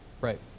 Right